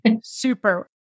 Super